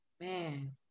Man